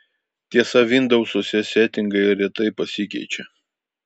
tiesa vindousuose setingai retai pasikeičia